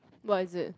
what is it